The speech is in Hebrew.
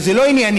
שזה לא ענייני,